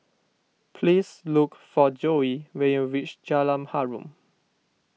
please look for Joye when you reach Jalan Harum